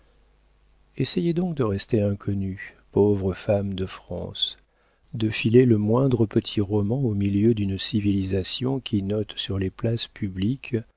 essayez donc de rester inconnues pauvres femmes de france de filer le moindre petit roman au milieu d'une civilisation qui note sur les places publiques